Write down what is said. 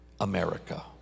America